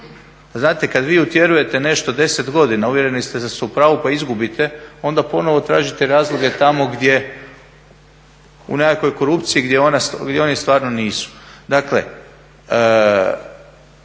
znate kada vi utjerujete nešto 10 godina uvjereni ste da ste u pravu pa izgubite onda ponovno tražite razloge tamo gdje, u nekakvoj korupciji gdje oni stvarno nisu.